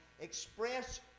express